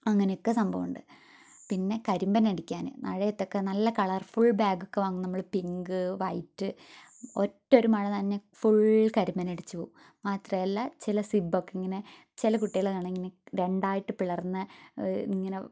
അങ്ങനെയൊക്കെ സംഭവം ഉണ്ട് പിന്നെ കരിമ്പനടിക്കാൻ മഴയത്തൊക്കെ നല്ല കളർഫുൾ ബാഗൊക്കെ വാങ്ങും നമ്മൾ പിങ്ക് വൈറ്റ് ഒറ്റൊരു മഴ നനഞ്ഞാൽ ഫുള്ള് കരിമ്പനടിച്ച് പോകും മാത്രമല്ല ചില സിബ്ബൊക്കെ ഇങ്ങനെ ചില കുട്ടികൾ ഇങ്ങനെ രണ്ടായിട്ട് പിളർന്ന് ഇങ്ങനെ